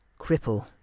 cripple